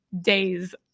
days